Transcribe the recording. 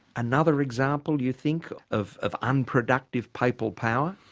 another example do you think of of unproductive papal power?